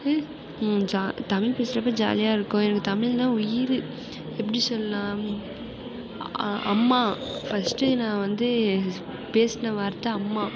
ம் ஜா தமிழ் பேசுறப்போ ஜாலியாக இருக்கும் எனக்கு தமிழ்ன்னா உயிர் எப்படி சொல்லலாம் அம்மா ஃபர்ஸ்ட்டு நான் வந்து பேசின வார்த்தை அம்மா